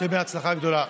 אז שיהיה בהצלחה גדולה.